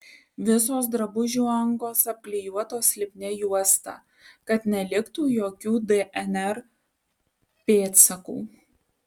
visos drabužių angos apklijuotos lipnia juosta kad neliktų jokių dnr pėdsakų